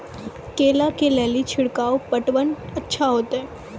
केला के ले ली छिड़काव पटवन अच्छा होते?